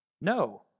No